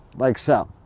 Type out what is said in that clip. like so.